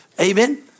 Amen